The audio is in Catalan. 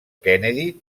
kennedy